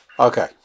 Okay